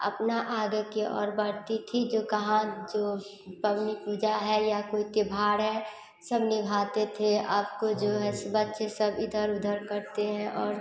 अपना आगे की ओर बढ़ती थी जो कहा जो भी पबनी पूजा है या कोई त्योहार है सब निभाते थे अब जो है बच्चे सब इधर उधर करते हैं और